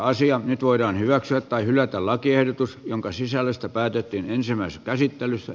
nyt voidaan hyväksyä tai hylätä lakiehdotus jonka sisällöstä päätettiin ensimmäisessä käsittelyssä